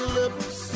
lips